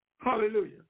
Hallelujah